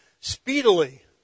speedily